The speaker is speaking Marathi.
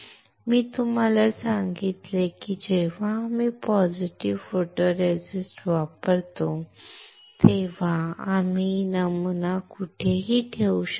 मी तुम्हाला सांगितले की जेव्हा आम्ही पॉझिटिव्ह फोटोरेसिस्ट वापरतो तेव्हा आम्ही नमुना कुठेही ठेवू शकतो